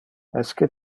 esque